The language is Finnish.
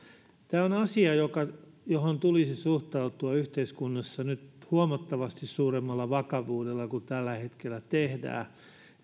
tämä on asia johon tulisi suhtautua yhteiskunnassa nyt huomattavasti suuremmalla vakavuudella kuin tällä hetkellä tehdään